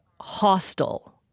hostile